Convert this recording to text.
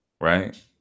Right